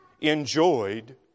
Enjoyed